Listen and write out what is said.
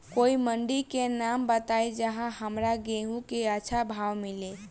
कोई मंडी के नाम बताई जहां हमरा गेहूं के अच्छा भाव मिले?